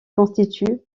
constituent